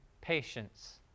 patience